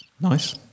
Nice